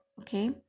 okay